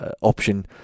option